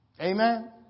Amen